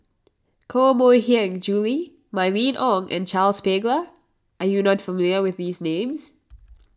Koh Mui Hiang Julie Mylene Ong and Charles Paglar are you not familiar with these names